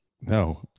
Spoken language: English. No